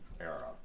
era